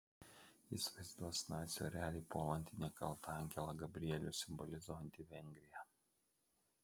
jis vaizduos nacių erelį puolantį nekaltą angelą gabrielių simbolizuojantį vengriją